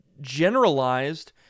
generalized